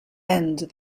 end